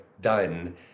done